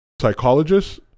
psychologist